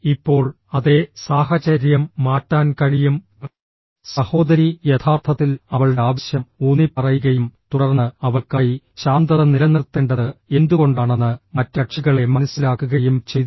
ഇപ്പോൾ അതേ സാഹചര്യം മാറ്റാൻ കഴിയും സഹോദരി യഥാർത്ഥത്തിൽ അവളുടെ ആവശ്യം ഊന്നിപ്പറയുകയും തുടർന്ന് അവൾക്കായി ശാന്തത നിലനിർത്തേണ്ടത് എന്തുകൊണ്ടാണെന്ന് മറ്റ് കക്ഷികളെ മനസ്സിലാക്കുകയും ചെയ്തു